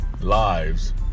lives